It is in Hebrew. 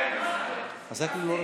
מצביעים, גפני.